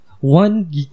one